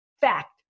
fact